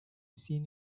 seen